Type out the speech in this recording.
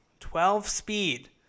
12-speed